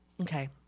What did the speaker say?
Okay